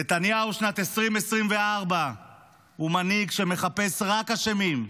נתניהו של שנת 2024 הוא מנהיג שמחפש רק אשמים,